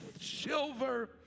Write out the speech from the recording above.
silver